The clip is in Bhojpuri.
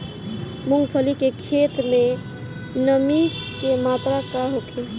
मूँगफली के खेत में नमी के मात्रा का होखे?